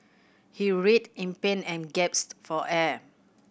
he writhed in pain and for air